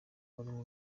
barimo